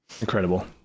Incredible